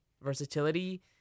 versatility